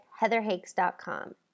heatherhakes.com